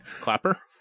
Clapper